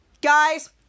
Guys